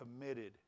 committed